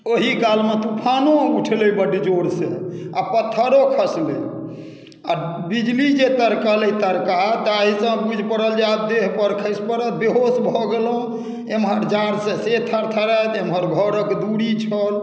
ओहि कालमे तूफानो उठलै बड्ड जोर से आ पत्थरो खसलै आ बिजली जे तड़कलै तड़का ताहि से बुझि पड़ल जे आब देह पर खसि पड़त बेहोश भऽ गेलहुँ एमहर जाढ़से से थरथराइत एमहर घरक दूरी छल